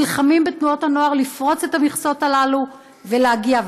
נלחמים בתנועות הנוער לפרוץ את המכסות האלה ולהגיע,